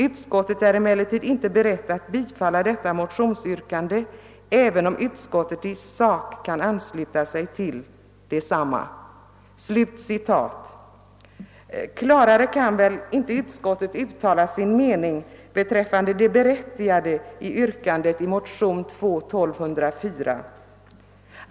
Utskottet är emellertid inte berett att bifalla detta motionsyrkande, även om utskottet i sak kan ansluta sig till detsamma.» Klarare kan väl icke utskottet uttala sin mening beträffande det berättigade i yrkandet i motionen II: 1204.